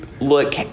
look